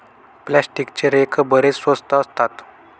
प्लास्टिकचे रेक बरेच स्वस्त असतात